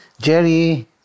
Jerry